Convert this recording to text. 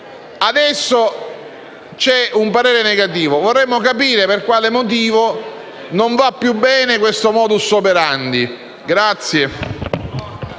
adesso c'è un parere negativo. Vorremmo capire per quale motivo non va più bene questo *modus operandi*.